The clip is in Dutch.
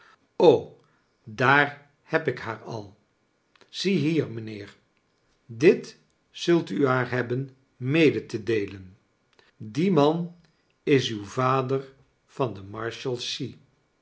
daar heb ik haar al ziehier mijnheer bit zult u haar hebben mede te deelen die man is uw vader van de